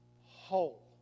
whole